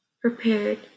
prepared